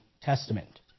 Testament